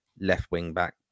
left-wing-back